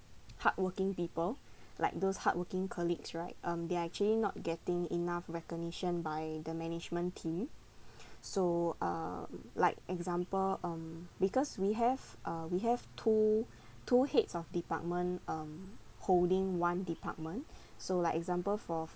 hardworking people like those hardworking colleagues right um they're actually not getting enough recognition by the management team so uh like example um because we have uh we have two two heads of department um holding one department so like example for